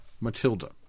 Matilda